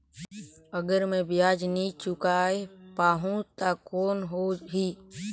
अगर मै ब्याज नी चुकाय पाहुं ता कौन हो ही?